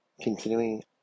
continuing